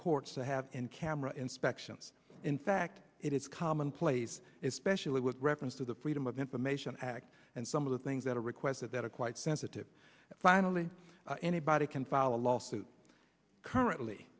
courts to have in camera inspections in fact it is commonplace especially with reference to the freedom of information act and some of the things that are requested that are quite sensitive finally anybody can file a lawsuit currently